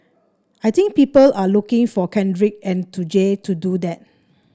I think people are looking for Kendrick and to Jay to do that